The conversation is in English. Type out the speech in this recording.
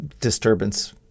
disturbance